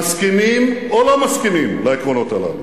מסכימים או לא מסכימים לעקרונות הללו.